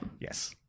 Yes